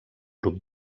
grup